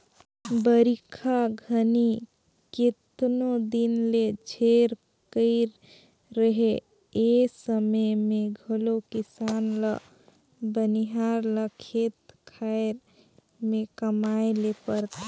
बरिखा घनी केतनो दिन ले झेर कइर रहें ए समे मे घलो किसान ल बनिहार ल खेत खाएर मे कमाए ले परथे